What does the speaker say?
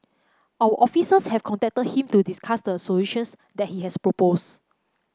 our officers have contacted him to discuss the solutions that he has proposed